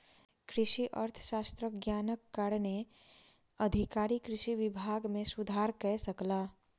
कृषि अर्थशास्त्रक ज्ञानक कारणेँ अधिकारी कृषि विभाग मे सुधार कय सकला